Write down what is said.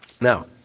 Now